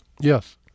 Yes